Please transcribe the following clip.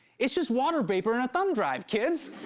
it's just water vapor in a thumb drive, kids.